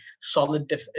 solid